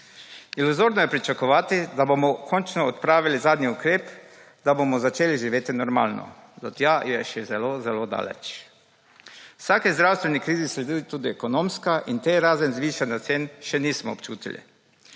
Iluzorno je pričakovati, da bomo končno odpravili zadnji ukrep, da bomo začeli živeti normalno do tja je še zelo zelo daleč. V vsaki zdravstveni krizi so tudi ekonomska in ta razen zvišanja cen še nismo občutili.